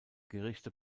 gerichte